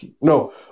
No